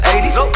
80s